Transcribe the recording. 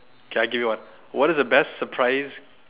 okay I give you one what is the best surprise